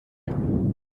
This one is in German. dabei